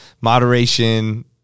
moderation